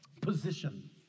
position